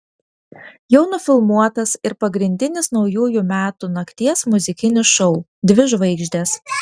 jau nufilmuotas ir pagrindinis naujųjų metų nakties muzikinis šou dvi žvaigždės